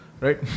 Right